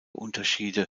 unterschiede